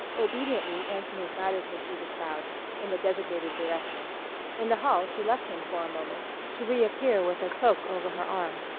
obediently anthony guided her through the crowd in the designated direction in the hall she left him for a moment, to reappear with a cloak over her arm.